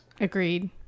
Agreed